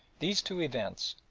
these two events,